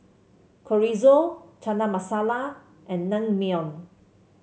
Chorizo Chana Masala and Naengmyeon